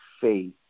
faith